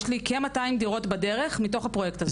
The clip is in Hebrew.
יש לי כ-200 דירות בדרך מתוך הפרויקט הזה.